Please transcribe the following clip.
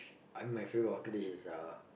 I mean my favourite hawker dish is uh